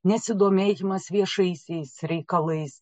nesidomėjimas viešaisiais reikalais